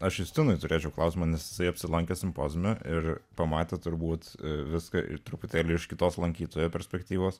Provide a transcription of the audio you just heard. aš justinui turėčiau klausti manasai apsilankę simpoziume ir pamatę turbūt viską ir truputėlį iš kitos lankytojo perspektyvos